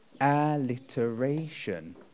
Alliteration